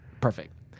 Perfect